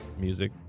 music